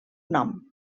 nom